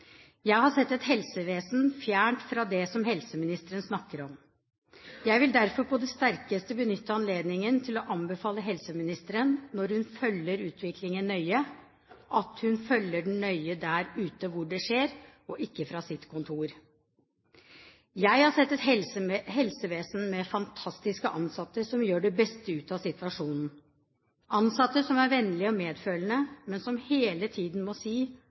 Jeg har sett et helsevesen fjernt fra det som helseministeren snakker om. Jeg vil derfor på det sterkeste benytte anledningen til å anbefale helseministeren når hun «følger utviklingen nøye», at hun følger den nøye der ute hvor det skjer, og ikke fra sitt kontor. Jeg har sett et helsevesen med fantastiske ansatte som gjør det beste ut av situasjonen, ansatte som er vennlige og medfølende, men som hele tiden må si: